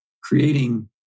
creating